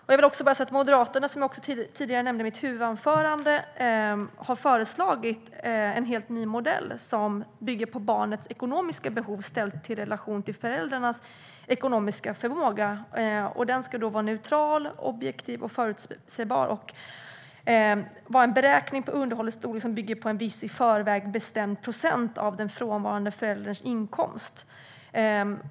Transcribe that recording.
Jag vill också säga att Moderaterna, som jag tidigare nämnde i mitt huvudanförande, har föreslagit en helt ny modell som bygger på barnets ekonomiska behov i relation till föräldrarnas ekonomiska förmåga. Modellen ska vara neutral, objektiv och förutsägbar, och beräkningen av underhållets storlek ska bygga på en viss i förväg bestämd procent av den frånvarande förälderns inkomst.